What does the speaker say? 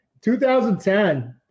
2010